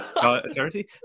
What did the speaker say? charity